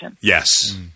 Yes